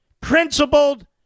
principled